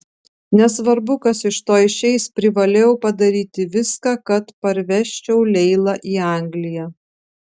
nesvarbu kas iš to išeis privalėjau padaryti viską kad parvežčiau leilą į angliją